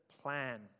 plan